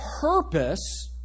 purpose